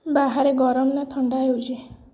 ବାହାରେ ଗରମ ନା ଥଣ୍ଡା ହେଉଛି